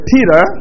Peter